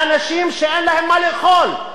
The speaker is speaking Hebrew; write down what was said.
באנשים שאין להם מה לאכול.